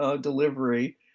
delivery